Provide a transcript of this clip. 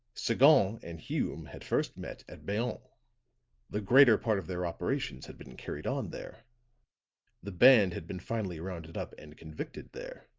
sagon and hume had first met at bayonne the greater part of their operations had been carried on there the band had been finally rounded up and convicted there.